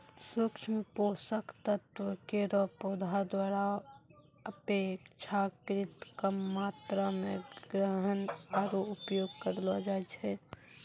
सूक्ष्म पोषक तत्व केरो पौधा द्वारा अपेक्षाकृत कम मात्रा म ग्रहण आरु उपयोग करलो जाय छै